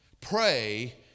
pray